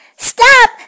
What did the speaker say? Stop